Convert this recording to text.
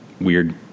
Weird